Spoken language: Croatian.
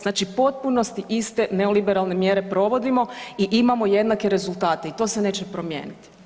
Znači, u potpunosti iste neoliberalne mjere provodimo i imamo jednake rezultate i to se neće promijeniti.